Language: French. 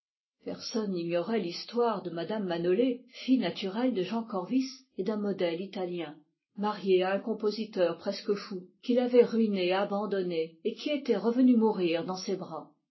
personne n'ignorait l'histoire de mme manolé fille naturelle de jean corvis et d'un modèle italien mariée à un compositeur presque fou qui l'avait ruinée et abandonnée et qui était revenu mourir dans ses bras